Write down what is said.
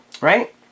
right